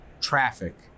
traffic